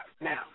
now